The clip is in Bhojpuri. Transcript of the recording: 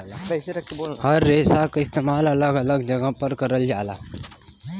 हर रेसा क इस्तेमाल अलग अलग जगह पर करल जाला